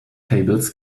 tables